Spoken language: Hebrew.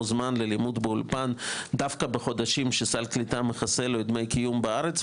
זמן ללימוד באולפן דווקא בחודשים שסל הקליטה מכסה לו את דמי הקיום בארץ.